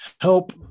help